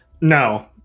No